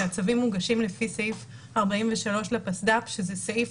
שהצווים מוגשים לפי סעיף 43 לפסד"פ שזה סעיף